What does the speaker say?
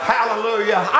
Hallelujah